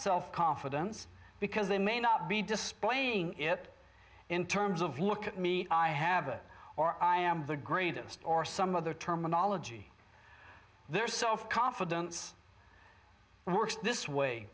self confidence because they may not be displaying it in terms of look at me i have it or i am the greatest or some other terminology their self confidence works this way